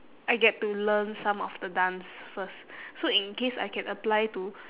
I get to learn some of the dance first so in case I can apply to